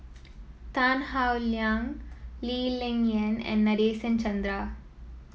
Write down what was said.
Tan Howe Liang Lee Ling Yen and Nadasen Chandra